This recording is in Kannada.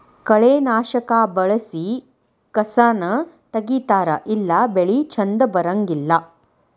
ಕಳೆನಾಶಕಾ ಬಳಸಿ ಕಸಾನ ತಗಿತಾರ ಇಲ್ಲಾ ಬೆಳಿ ಚಂದ ಬರಂಗಿಲ್ಲಾ